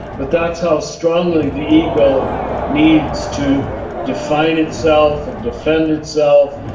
but that's how strongly the ego needs to define itself and defend itself,